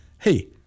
hey